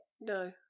no